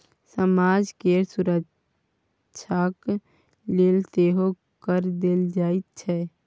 समाज केर सुरक्षाक लेल सेहो कर देल जाइत छै